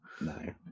No